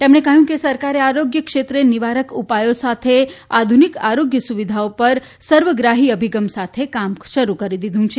તેમણે કહ્યું કે સરકારે આરોગ્ય ક્ષેત્રે નિવારક ઉપાયો સાથે આધુનિક આરોગ્ય સુવિધાઓ પર સર્વગ્રાહી અભિગમ સાથે કામ શરૂ કરી દીધું છે